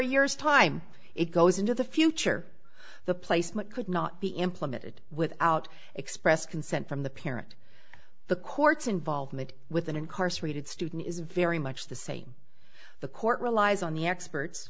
a year's time it goes into the future the placement could not be implemented without express consent from the parent the courts involvement with an incarcerated student is very much the same the court relies on the experts